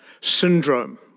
syndrome